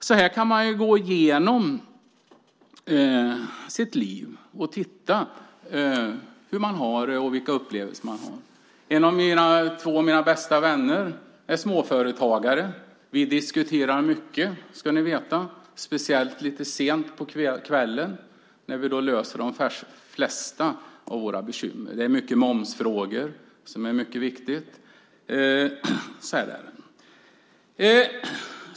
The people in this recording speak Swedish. Så här kan man gå igenom sitt liv och titta på hur man har det och vilka upplevelser man har haft. Två av mina bästa vänner är småföretagare. Vi diskuterar mycket, ska ni veta, speciellt lite sent på kvällen när vi löser de flesta av våra bekymmer. Det är många momsfrågor som är mycket viktiga.